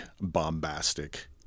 bombastic